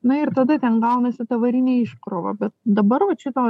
na ir tada ten gaunasi ta varinė iškrova bet dabar vat šito